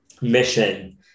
mission